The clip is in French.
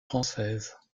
française